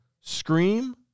Scream